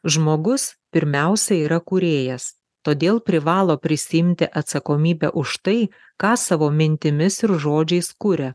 žmogus pirmiausia yra kūrėjas todėl privalo prisiimti atsakomybę už tai ką savo mintimis ir žodžiais kuria